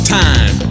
time